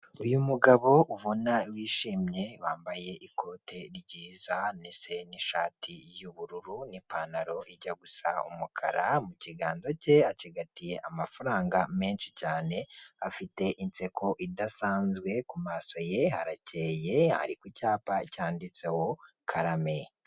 Imitaka myinshi igiye itandukanye harimo imitaka itukura ya eyateri ndetse n'uw'icyatsi wa infinigisi imbere yaho hakaba hateretse akabati gacururizwaho, amarinite imbere y'aho hakaba abantu benshi batandukanye harimo uwambaye ijiri ya emutiyene, isa umuhondo hakurya y'aho hakaba hari inzu iriho y'icyapa cya eyateri.